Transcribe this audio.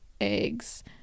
eggs